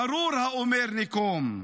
"ארור האומר: נקום".